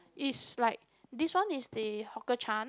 is like this one is the Hawker Chan